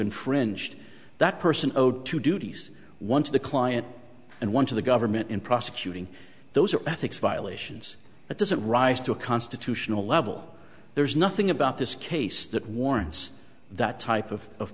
infringed that person owed to duties one to the client and one to the government in prosecuting those are ethics violations that doesn't rise to a constitutional level there is nothing about this case that warrants that type of of